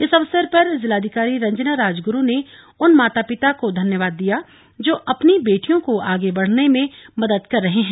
इस अवसर पर जिलाधिकारी रंजना राजगुरू ने उन माता पिता धन्यवाद दिया जो अपनी बेटियों को आगे बढ़ने में मदद कर रहे हैं